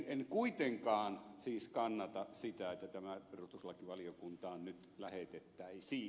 en kuitenkaan siis kannata sitä että tämä perustuslakivaliokuntaan nyt lähetettäisiin